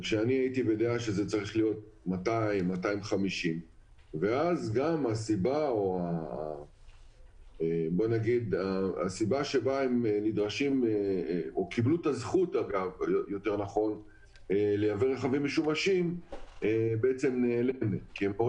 אני הייתי בדעה שזה צריך להיות 200,250. אם לא